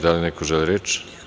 Da li neko želi reč?